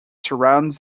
surrounds